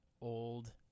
old